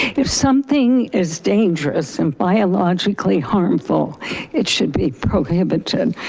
if something is dangerous and biologically harmful it should be prohibited.